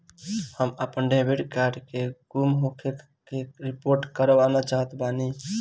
हम आपन debit card के गुम होखे के रिपोर्ट करवाना चाहत बानी